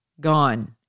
gone